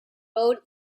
road